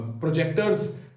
projectors